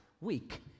week